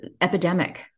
epidemic